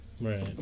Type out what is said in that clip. Right